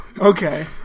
Okay